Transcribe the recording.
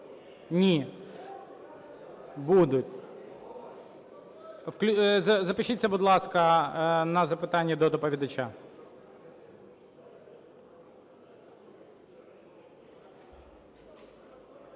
Ні. Будуть. Запишіться, будь ласка, на запитання до доповідача.